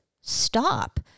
stop